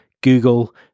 Google